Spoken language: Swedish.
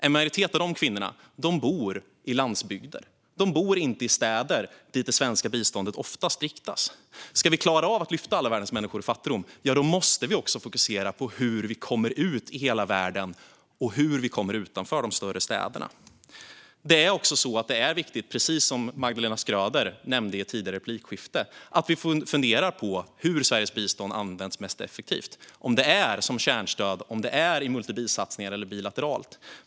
En majoritet av de kvinnorna bor på landsbygden. De bor inte i städer, dit det svenska biståndet oftast riktas. Ska vi klara av att lyfta alla världens människor ur fattigdom måste vi också fokusera på hur vi kommer ut i hela världen och hur vi når utanför de större städerna. Precis som Magdalena Schröder nämnde tidigare är det viktigt att vi funderar på hur Sveriges bistånd används mest effektivt. Är det som kärnstöd, i multi-bi-satsningar eller bilateralt?